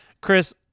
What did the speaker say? Chris